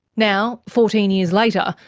now, fourteen years later,